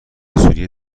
سوریه